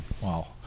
Wow